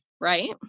right